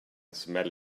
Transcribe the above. smell